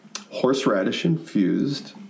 horseradish-infused